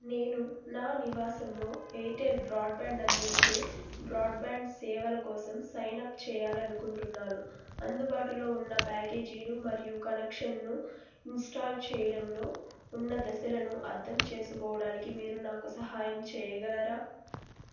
నేను నా నివాసంలో ఎయిర్టెల్ బ్రాడ్బ్యాండ్ అందించే బ్రాడ్బ్యాండ్ సేవల కోసం సైన్అప్ చెయ్యాలనుకుంటున్నాను అందుబాటులో ఉన్న ప్యాకేజీలు మరియు కనెక్షన్ను ఇన్స్టాల్ చెయ్యడంలో ఉన్న దశలను అర్థం చేసుకోవడానికి మీరు నాకు సహాయం చెయ్యగలరా